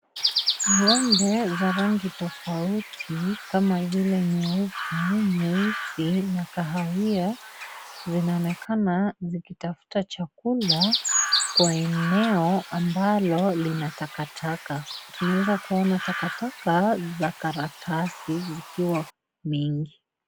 Ng'ombe za rangi tofauti kama vile, nyeupe, nyeusi na kahawia zinaonekana zikitafuta chakula kwa eneo ambalo, lina takataka. Tunaweza kuona takataka za karatasi zikiwa mingi.